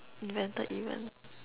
invented even